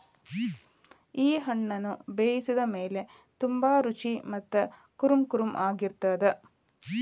ಈ ಹಣ್ಣುನ ಬೇಯಿಸಿದ ಮೇಲ ತುಂಬಾ ರುಚಿ ಮತ್ತ ಕುರುಂಕುರುಂ ಆಗಿರತ್ತದ